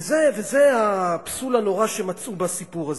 וזה הפסול הנורא שמצאו בסיפור הזה.